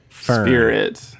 spirit